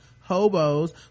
hobos